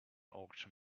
auction